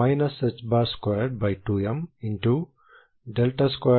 ħ22m2x22y2xyVψxyEψxy